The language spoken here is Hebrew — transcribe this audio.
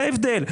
זה ההבדל.